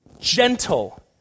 gentle